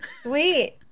Sweet